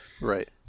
Right